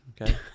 Okay